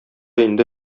инде